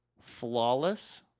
flawless